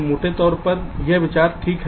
तो मोटे तौर पर यह विचार ठीक है